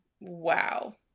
Wow